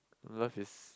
love is